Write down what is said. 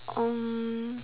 um